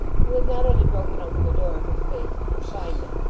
who had not only broken open the door of his place of confinement,